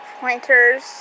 pointers